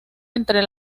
entre